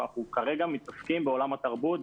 אנחנו כרגע מתעסקים בעולם התרבות,